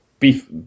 Beef